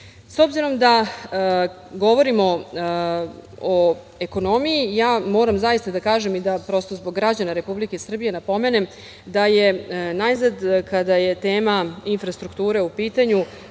obzirom da govorimo o ekonomiji, moram zaista da kažem prosto zbog građana Republike Srbije da napomenem da je najzad kada je tema infrastruktura u pitanju